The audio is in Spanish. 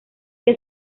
que